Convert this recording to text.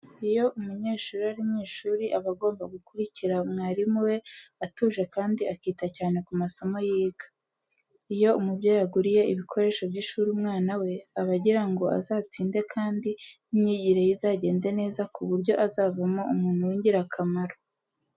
Iyo umunyeshuri ari mu ishuri aba agomba gukurikira mwarimu we atuje kandi akita cyane ku masomo yiga. Iyo umubyeyi aguriye ibikoresho by'ishuri umwana we, aba agira ngo azatsinde kandi n'imyigire ye izagende neza ku buryo azavamo umuntu w'ingirakamaro.